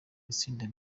itsinda